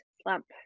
slump